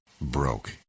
broke